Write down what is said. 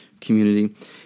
community